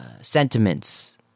sentiments